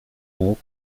mógł